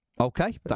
Okay